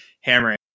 hammering